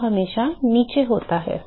यह हमेशानीचे होता है